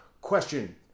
question